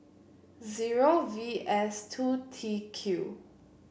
zero V S two T Q